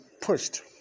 pushed